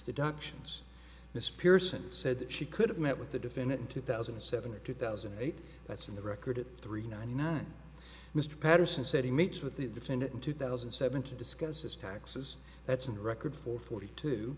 deductions this pearson said that she could have met with the defendant in two thousand and seven or two thousand and eight that's in the record three ninety nine mr patterson said he meets with the defendant in two thousand and seven to discuss his taxes that's in the record for forty two